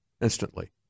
instantly